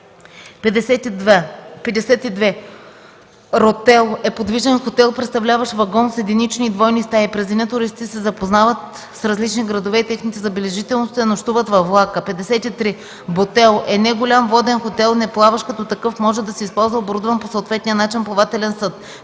52. „Ротел” е подвижен хотел, представляващ вагон с единични и двойни стаи. През деня туристите се запознават с различни градове и техните забележителности, а нощуват във влака. 53. „Ботел” е неголям воден хотел (неплаващ), като такъв може да се използва оборудван по съответния начин плавателен съд.